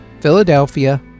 Philadelphia